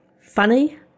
funny